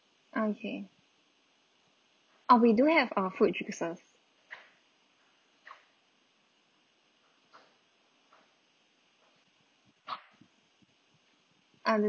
okay ah we do have err fruit juices um the